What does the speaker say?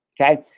Okay